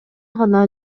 гана